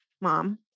mom